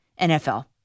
NFL